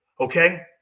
Okay